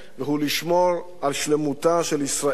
והוא לשמור על שלמותה של ישראל